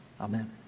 Amen